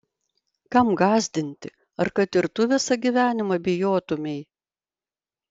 kam gąsdinti ar kad ir tu visą gyvenimą bijotumei